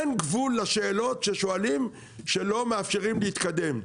אין גבול לשאלות ששואלים, שלא מאפשרות להתקדם.